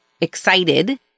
excited